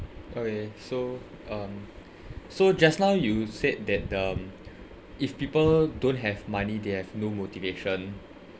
okay s um so just now you said that um if people don't have money they have no motivation